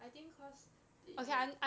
I think cause they